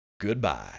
Goodbye